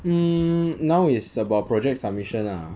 hmm now is about project submission ah